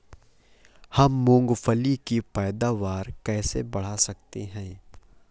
हम मूंगफली की पैदावार कैसे बढ़ा सकते हैं?